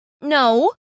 No